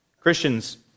Christians